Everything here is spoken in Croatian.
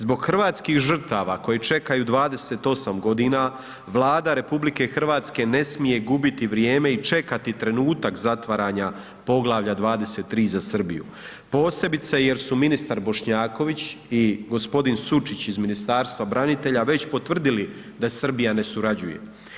Zbog hrvatskih žrtava koje čekaju 28 godina Vlada RH ne smije gubiti vrijeme i čekati trenutak zatvaranja Poglavlja 23. za Srbiju, posebice jer su ministar Bošnjaković i gospodin Sučić iz Ministarstva branitelja već potvrdili da Srbija ne surađuje.